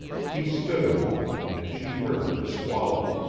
he stood a moment and she heard him swallow.